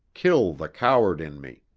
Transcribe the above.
kill the coward in me.